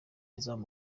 izaba